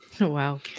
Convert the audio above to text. Wow